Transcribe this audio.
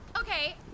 Okay